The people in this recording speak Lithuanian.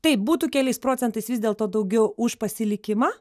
taip būtų keliais procentais vis dėlto daugiau už pasilikimą